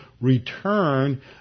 return